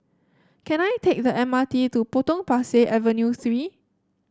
can I take the M R T to Potong Pasir Avenue Three